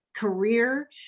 career